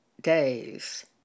days